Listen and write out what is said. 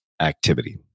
activity